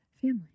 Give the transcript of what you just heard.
family